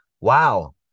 Wow